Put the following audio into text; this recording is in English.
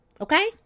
Okay